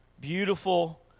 beautiful